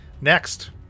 Next